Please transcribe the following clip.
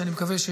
אני מקווה,